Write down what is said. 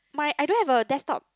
my I don't have a desktop